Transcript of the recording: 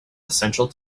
essential